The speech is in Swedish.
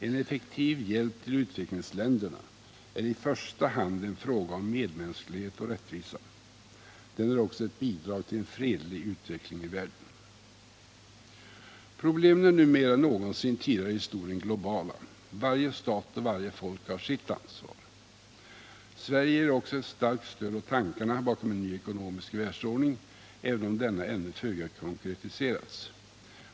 En effektiv hjälp till utvecklingsländerna är i första hand en fråga om medmänsklighet och rättvisa. Den är också ett bidrag till en fredlig utveckling i världen. Problemen är nu mer än någonsin tidigare i historien globala. Varje stat och varje folk har sitt ansvar. Sverige ger också ett starkt stöd åt tankarna bakom en ny ekonomisk världsordning, även om denna ännu föga har konkretiserats.